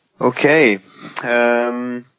Okay